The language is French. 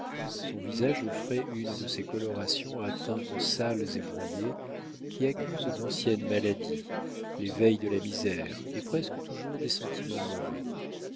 son visage offrait une de ces colorations à teintes sales et brouillées qui accusent d'anciennes maladies les veilles de la misère et presque toujours des sentiments